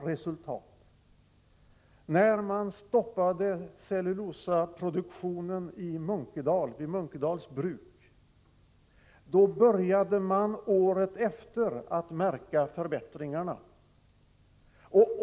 Redan året efter att cellulosaproduktionen vid Munkedals bruk hade stoppats började man märka förbättringarna.